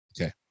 Okay